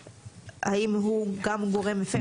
האם הוא גם גורם מפר?